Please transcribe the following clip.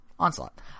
Onslaught